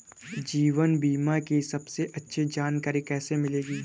जीवन बीमा की सबसे अच्छी जानकारी कैसे मिलेगी?